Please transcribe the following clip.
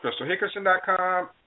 CrystalHickerson.com